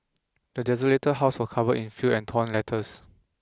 the desolated house were covered in filth and torn letters